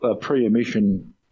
pre-emission